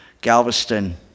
Galveston